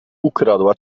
ukradła